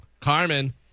Carmen